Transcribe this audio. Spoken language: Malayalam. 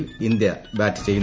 യിൽ ഇന്ത്യ ബാറ്റ് ചെയ്യുന്നു